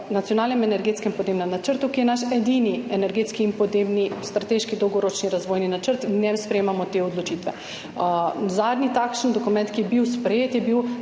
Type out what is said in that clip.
v Nacionalnem energetskem podnebnem načrtu, ki je naš edini energetski in podnebni strateški dolgoročni razvojni načrt in v njem sprejemamo te odločitve. Zadnji takšen dokument, ki je bil sprejet, je bil